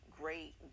great